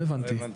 לא הבנתי.